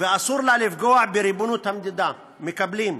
ואסור לה לפגוע בריבונות המדינה, מקבלים,